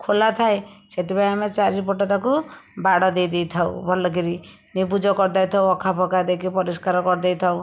ଖୋଲା ଥାଏ ସେଥିପାଇଁ ଆମେ ଚାରିପଟେ ତାକୁ ବାଡ଼ ଦେଇ ଦେଇଥାଉ ଭଲ କରି ନିବୁଜ କରିଦେଇଥାଉ ଅଖା ପଖା ଦେଇକି ପରିଷ୍କାର କରିଦେଇଥାଉ